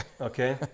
okay